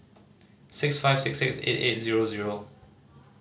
six five six six eight eight zero zero